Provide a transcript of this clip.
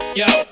yo